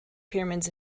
pyramids